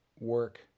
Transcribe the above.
work